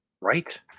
right